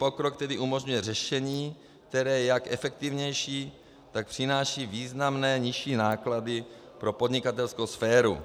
Technologický pokrok tedy umožňuje řešení, které je jak efektivnější, tak přináší významné nižší náklady pro podnikatelskou sféru.